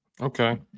Okay